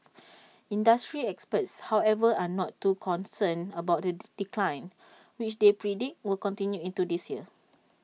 industry experts however are not too concerned about the decline which they predict will continue into this year